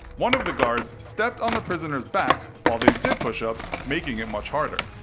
one of the guards stepped on the prisoners' backs while they did push-ups, making it much harder.